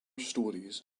stories